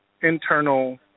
internal